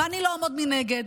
ואני לא אעמוד מנגד.